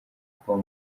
kuba